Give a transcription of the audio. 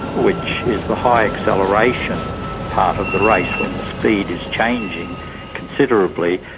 which is the high acceleration part of the race when the speed is changing considerably,